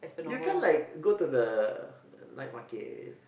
you can like go to the night market